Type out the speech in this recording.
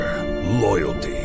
loyalty